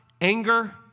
anger